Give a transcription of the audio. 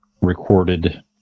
recorded